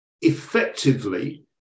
effectively